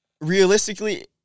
realistically